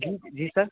जी जी सर